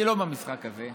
אני לא במשחק הזה.